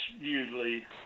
usually